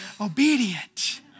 obedient